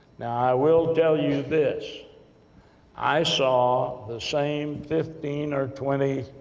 now i will tell you this i saw the same fifteen or twenty